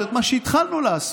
לעשות את מה שהתחלנו לעשות.